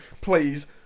Please